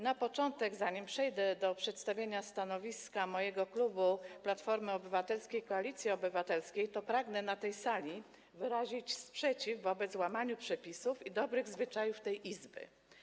Na początek, zanim przejdę do przedstawienia stanowiska mojego klubu Platformy Obywatelskiej - Koalicji Obywatelskiej, pragnę na tej sali wyrazić sprzeciw wobec łamania przepisów i naruszania dobrych zwyczajów tej Izby.